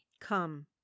come